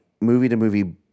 movie-to-movie